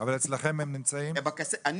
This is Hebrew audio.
אבל